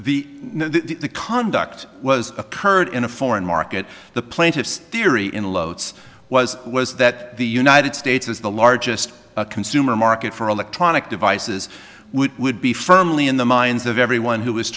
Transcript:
the conduct was occurred in a foreign market the plaintiff's theory in los was was that the united states is the largest consumer market for electronic devices would be firmly in the minds of everyone who